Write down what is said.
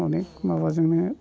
अनेख माबाजोंनो